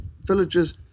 villages